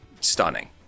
stunning